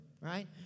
right